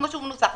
כמו שהוא מנוסח.